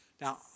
Now